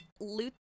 loot